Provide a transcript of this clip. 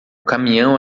caminhão